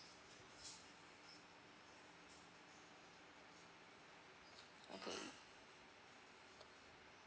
okay